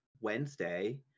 Wednesday